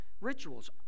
rituals